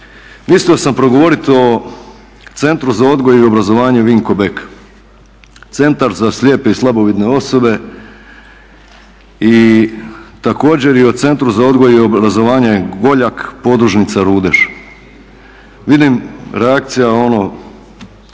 mislio sam progovoriti o Centru za odgoji i obrazovanje Vinko Bek, Centar za slijepe i slabovidne osobe i također i o Centru za odgoj i obrazovanje Goljak podružnica Rudeš. Vidim reakcija ono